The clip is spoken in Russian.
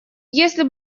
если